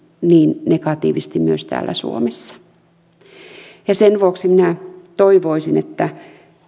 niin negatiivisesti myös täällä suomessa sen vuoksi minä toivoisin että